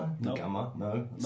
no